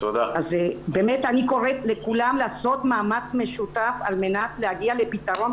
אז באמת אני קוראת לכולם לעשות מאמץ משותף על מנת להגיע לפתרון